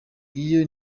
iyo